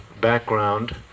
background